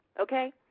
Okay